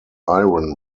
iron